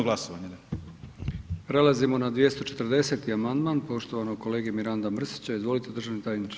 Zahvaljujem [[Upadica Lenart: Tražim glasovanje.]] Prelazimo na 240. amandman poštovanog kolege Miranda Mrsića, izvolite državni tajniče.